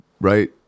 right